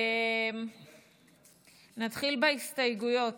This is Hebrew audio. נתחיל בהסתייגויות.